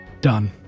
Done